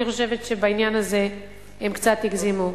אני חושבת שבעניין הזה הם קצת הגזימו.